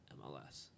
MLS